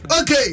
Okay